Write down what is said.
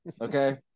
Okay